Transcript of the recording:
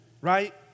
right